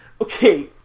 Okay